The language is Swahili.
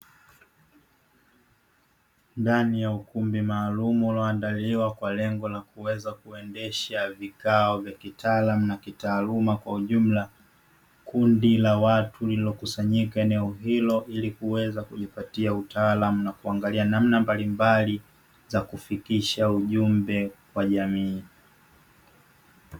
Ndani ya ukumbi maalumu ulioandaliwa kwa lengo la kuweza kuendesha vikao vya kitaalamu na kitaaluma kwa ujumla, kundi la watu lililokusanyika eneo hilo ili kuweza kujipatia utaalamu na kuangalia namna mbalimbali za kufikisha ujumbe kwa jamii.